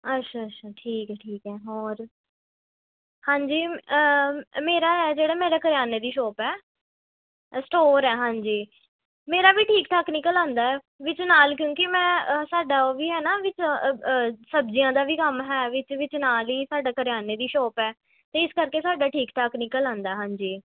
ਅੱਛਾ ਅੱਛਾ ਠੀਕ ਹੈ ਠੀਕ ਹੈ ਹੋਰ ਹਾਂਜੀ ਮੇਰਾ ਅ ਜਿਹੜਾ ਮੇਰਾ ਕਰਿਆਨੇ ਦੀ ਸ਼ੋਪ ਹੈ ਸਟੋਰ ਹੈ ਹਾਂਜੀ ਮੇਰਾ ਵੀ ਠੀਕ ਠਾਕ ਨਿਕਲ ਆਉਂਦਾ ਵਿੱਚ ਨਾਲ ਕਿਉਂਕਿ ਮੈਂ ਸਾਡਾ ਉਹ ਵੀ ਹੈ ਨਾ ਵਿੱਚ ਸਬਜ਼ੀਆਂ ਦਾ ਵੀ ਕੰਮ ਹੈ ਵਿੱਚ ਵਿੱਚ ਨਾਲ ਹੀ ਸਾਡਾ ਕਰਿਆਨੇ ਦੀ ਸ਼ੋਪ ਹੈ ਤੇ ਇਸ ਕਰਕੇ ਸਾਡਾ ਠੀਕ ਠਾਕ ਨਿਕਲ ਆਉਂਦਾ ਹਾਂਜੀ